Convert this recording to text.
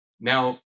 Now